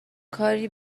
کاری